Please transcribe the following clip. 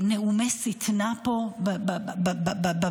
נאומי שטנה פה במליאה.